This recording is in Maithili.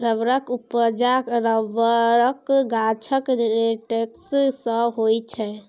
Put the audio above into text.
रबरक उपजा रबरक गाछक लेटेक्स सँ होइ छै